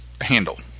handle